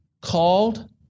called